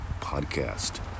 podcast